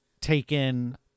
taken